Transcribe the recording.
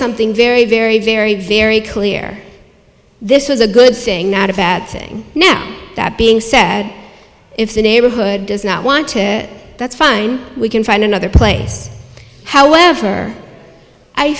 something very very very very clear this was a good thing not a bad thing now that being said if the neighborhood does not want it that's fine we can find another place however i